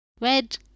Red